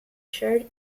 shared